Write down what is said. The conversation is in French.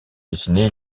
dessinée